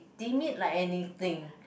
timid like anything